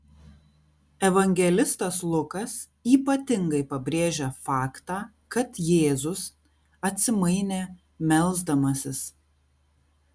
evangelistas lukas ypatingai pabrėžia faktą kad jėzus atsimainė melsdamasis